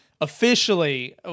officially